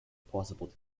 possible